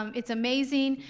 um it's amazing.